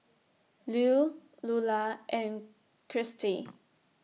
Lew Lulah and Kirstie